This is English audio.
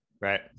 right